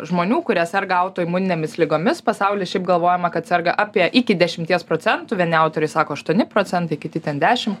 žmonių kurie serga autoimuninėmis ligomis pasaulyje šiaip galvojama kad serga apie iki dešimties procentų vieni autoriai sako aštuoni procentai kiti ten dešim